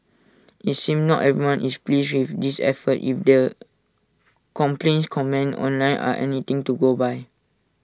IT seems not everyone is pleased with this effort if the complaints comments online are anything to go by